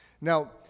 Now